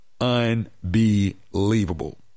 unbelievable